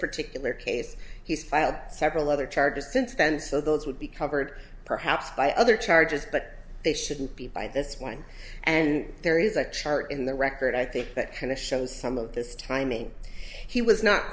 particular case he's filed several other charges since then so those would be covered perhaps by other charges but they shouldn't be by this one and there is a chart in the record i think that kind of shows some of this timing he was not